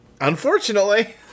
unfortunately